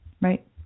Right